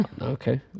Okay